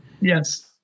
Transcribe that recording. Yes